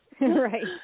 Right